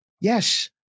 Yes